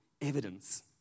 evidence